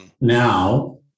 Now